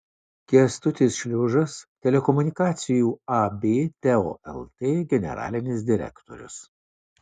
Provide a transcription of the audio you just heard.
kęstutis šliužas telekomunikacijų ab teo lt generalinis direktorius